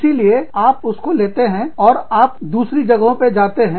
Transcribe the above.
इसीलिए आप उसको लेते हैं और आप लेकर दूसरी जगहों पर जाते हैं